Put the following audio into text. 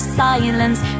silence